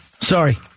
Sorry